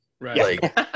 Right